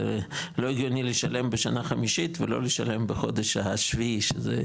זה לא הגיוני לשלם בשנה חמישית ולא לשלם בחודש השביעי שזה,